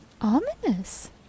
Ominous